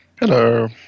Hello